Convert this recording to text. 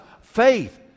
faith